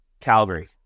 Calgary